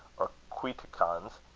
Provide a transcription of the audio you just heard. or cuiticans,